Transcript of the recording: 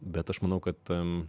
bet aš manau kad